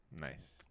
Nice